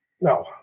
no